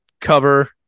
cover